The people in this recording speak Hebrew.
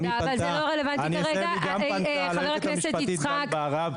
גם היא פנתה ליועצת המשפטית גלי בהרב,